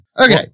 Okay